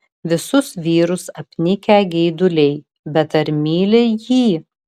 visus vyrus apnikę geiduliai bet ar myli jį